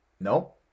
No